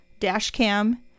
Dashcam